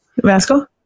Vasco